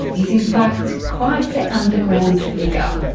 is in fact quite the underground figure.